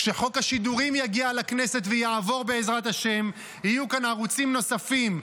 כשחוק השידורים יגיע לכנסת ויעבור בעזרת השם יהיו כאן ערוצים נוספים,